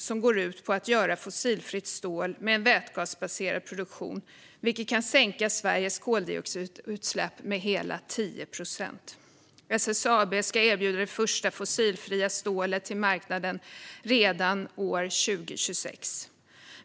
Det går ut på att göra fossilfritt stål med en vätgasbaserad produktion, vilket kan sänka Sveriges koldioxidutsläpp med hela 10 procent. SSAB ska erbjuda det första fossilfria stålet till marknaden redan 2026.